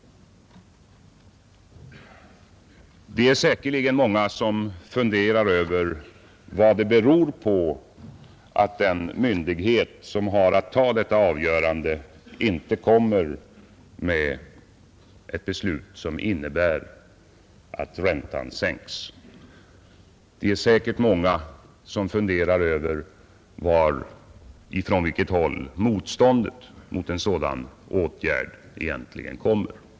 Vi är säkerligen många som funderar över vad det beror på att den myndighet som har att avgöra detta inte fattar ett beslut som innebär att räntan sänks. Vi är säkert många som funderar över från vilket håll motståndet mot en sådan åtgärd egentligen kommer.